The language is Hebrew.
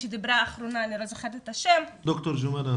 ד"ר ג'ומאנה.